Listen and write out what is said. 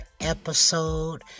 episode